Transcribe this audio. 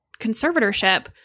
conservatorship